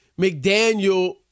McDaniel